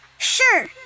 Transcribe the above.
Sure